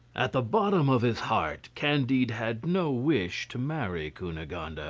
at the bottom of his heart candide had no wish to marry cunegonde. ah